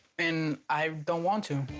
and i don't want to.